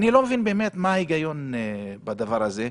אני באמת לא מבין מה ההיגיון בדבר הזה.